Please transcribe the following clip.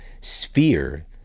sphere